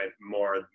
more